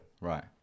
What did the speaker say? Right